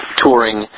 touring